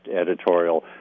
editorial